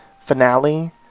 finale